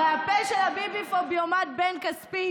הרי הפה של הביביפוביומט בן כספית,